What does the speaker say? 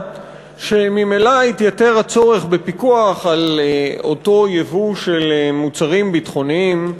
שממילא התייתר הצורך בפיקוח על אותו יבוא של מוצרים ביטחוניים,